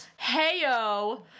Heyo